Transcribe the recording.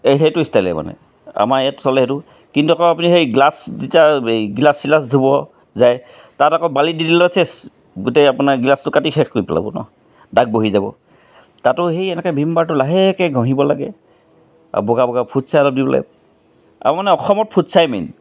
এই সেইটো ষ্টাইলে মানে আমাৰ ইয়াত চলে সেইটো কিন্তু আকৌ আপুনি সেই গ্লাছ যেতিয়া এই গ্লাছ চিলাছ ধুব যায় তাত আকৌ বালি দি দিলে চেচ গোটেই আপোনাৰ গিলাছটো কাটি শেষ কৰি পেলাব ন দাগ বহি যাব তাতো সেই এনেকৈ ভীমবাৰটো লাহেকৈ ঘঁহিব লাগে আৰু বগা বগা ফুট ছাই অলপ দিব লাগে আৰু মানে অসমত ফুটছাই মেইন